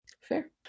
Fair